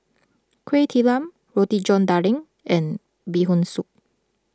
Kuih Talam Roti John Daging and Bee Hoon Soup